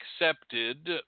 accepted